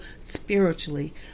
spiritually